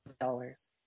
dollars